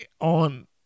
on